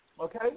Okay